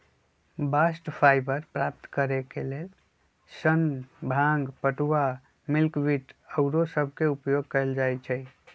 bast fibre प्राप्त करेके लेल सन, भांग, पटूआ, मिल्कवीड आउरो सभके उपयोग कएल जाइ छइ